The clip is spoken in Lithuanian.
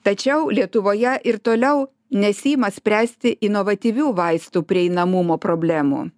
tačiau lietuvoje ir toliau nesiima spręsti inovatyvių vaistų prieinamumo problemų